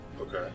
Okay